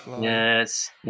Yes